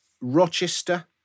Rochester